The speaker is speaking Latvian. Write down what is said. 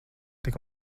tik